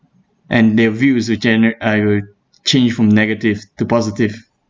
and that view is to generate uh it will change from negative to positive